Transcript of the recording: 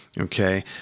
okay